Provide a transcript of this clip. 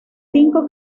cinco